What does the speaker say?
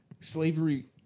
slavery